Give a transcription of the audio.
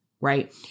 right